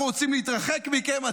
אנחנו רוצים להתרחק מכם,